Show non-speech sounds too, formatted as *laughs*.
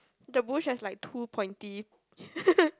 the bush has like two pointy *laughs*